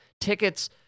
tickets